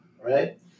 right